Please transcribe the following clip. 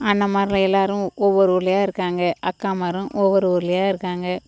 அண்ணமாருங்கள் எல்லாேரும் ஒவ்வொரு ஊர்லேயா இருக்காங்க அக்காமாரும் ஒவ்வொரு ஊர்லேயா இருக்காங்க